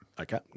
Okay